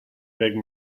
big